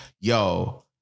Yo